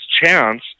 chance